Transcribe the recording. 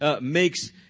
makes